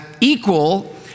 equal